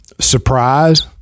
Surprise